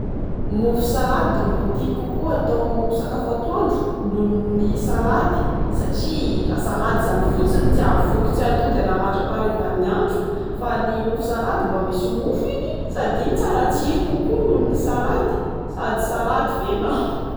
Mofo salady no tiako kokoa atao sakafo atoandro noho ny salady. Satria raha salady izany fotsiny tsy ahavoky, tsy ahatody ana mandrapaharivan'ny andro. Fa ny mofo salady mba misy mofo iny. Sady iny tsara tsiro kokoa noho ny salady. Sady salady ve nama.